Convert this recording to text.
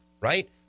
Right